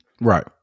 Right